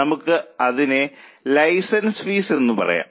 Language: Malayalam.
നമുക്ക് അതിനെ ലൈസൻസ് ഫീസ് എന്ന് പറയാം